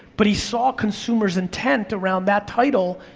but he saw consumers' intent around that title,